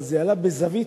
אבל זה עלה בזווית,